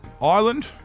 Ireland